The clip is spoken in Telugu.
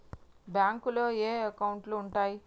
బ్యాంకులో ఏయే అకౌంట్లు ఉంటయ్?